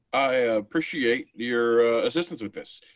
i appreciate your assistance with this,